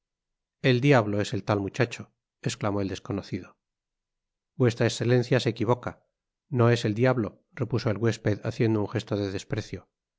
el diablo es el tal muchacho esclamó el desconocido vuestra excelencia se equivoca no es el diablo repuso el huésped haciendo un gesto de desprecio